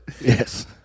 Yes